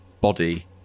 body